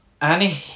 Annie